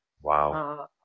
wow